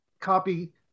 copy